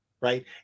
right